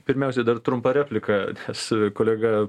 pirmiausiai dar trumpa replika nes kolega